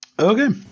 Okay